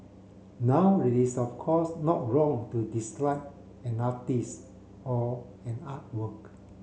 now it is of course not wrong to dislike an artist or an artwork